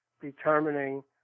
determining